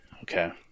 okay